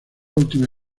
última